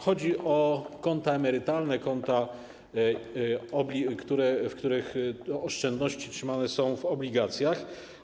Chodzi o konta emerytalne, konta, na których oszczędności trzymane są w obligacjach.